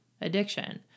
addiction